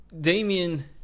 Damien